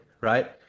right